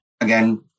Again